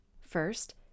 First